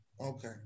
Okay